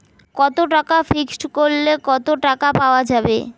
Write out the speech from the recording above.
কত টাকা ফিক্সড করিলে কত টাকা পাওয়া যাবে?